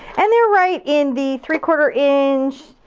and they're right in the three quarter inch,